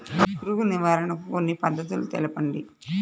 పురుగు నివారణకు కొన్ని పద్ధతులు తెలుపండి?